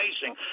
facing